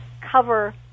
cover